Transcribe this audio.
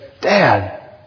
Dad